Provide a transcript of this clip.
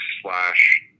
slash